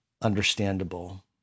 understandable